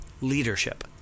leadership